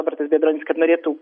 robertas biedronis kad norėtų